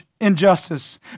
injustice